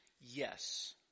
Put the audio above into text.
Yes